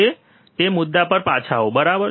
અને તે જ મુદ્દા પર પાછા આવો બરાબર